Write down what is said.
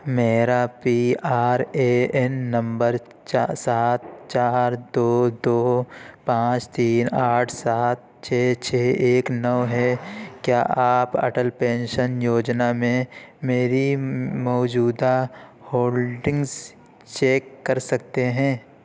میرا P R A N نمبر سات چار دو دو پانچ تین آٹھ سات چھ چھ ایک نو ہے کیا آپ اٹل پینشن یوجنا میں میری موجودہ ہولڈنگس چیک کر سکتے ہیں